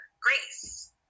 grace